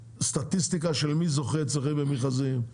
סטטיסטיקה של מי זוכה אצלכם במכרזים,